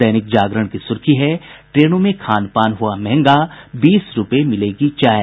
दैनिक जागरण की सुर्खी है ट्रेनों में खानपान हुआ महंगा बीस रूपये में मिलेगी चाय